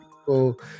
people